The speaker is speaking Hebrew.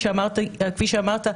כפי שאמרת,